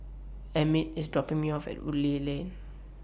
Emmitt IS dropping Me off At Woodleigh Lane